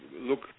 look